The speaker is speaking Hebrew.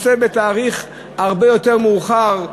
התאריך הרבה יותר מאוחר,